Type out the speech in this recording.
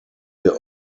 der